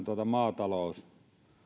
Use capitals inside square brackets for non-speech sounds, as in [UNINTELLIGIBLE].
[UNINTELLIGIBLE] tuota